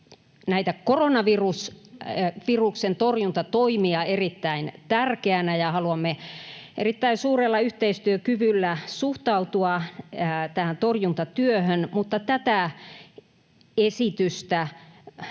koronaviruksen torjuntatoimia erittäin tärkeänä, ja haluamme erittäin suurella yhteistyökyvyllä suhtautua tähän torjuntatyöhön. Mutta tätä esitystä,